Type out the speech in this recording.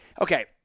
okay